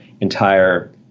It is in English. entire